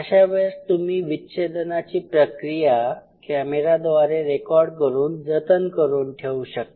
अशा वेळेस तुम्ही विच्छेदनाची प्रक्रिया कॅमेराद्वारे रेकॉर्ड करून जतन करू शकता